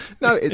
No